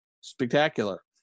Spectacular